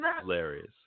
hilarious